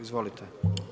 Izvolite.